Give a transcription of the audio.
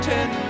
Ten